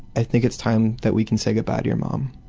i think it's time that we can say goodbye to your mum.